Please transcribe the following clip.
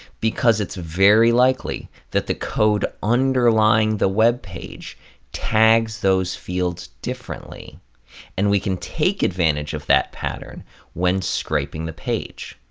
because it's very likely that the code underlying the webpage tags those fields differently and we can take advantage of that pattern when scraping the page.